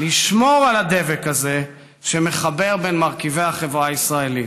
לשמור על הדבק הזה שמחבר בין מרכיבי החברה הישראלית.